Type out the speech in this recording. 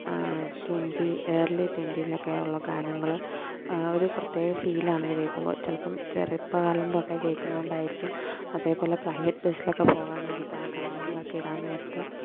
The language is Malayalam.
ട്വൻറ്റി ഏർലി ട്വൻറ്റിലക്കെയുള്ള ഗാനങ്ങൾ ഒരു പ്രത്യേക ഫീലാണത് കേൾക്കുമ്പോൾ ചിലപ്പം ചെറുപ്പം കാലം തൊട്ടേ കേൾക്കുന്നുണ്ടായിരിക്കും അതേപോലെ പ്രൈവറ്റ് ബസ്സിലക്കെ പോകാൻ നേരത്താഗാനങ്ങളൊക്കിടാൻ നേരത്ത്